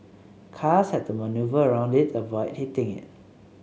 cars had to manoeuvre around it to avoid hitting it